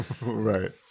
Right